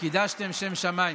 קידשתם שם שמיים.